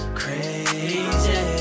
crazy